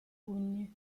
pugni